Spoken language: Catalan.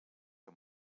que